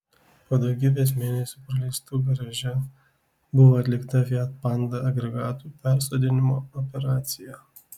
po daugybės mėnesių praleistų garaže buvo atlikta fiat panda agregatų persodinimo operacija